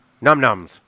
Num-nums